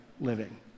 living